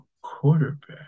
quarterback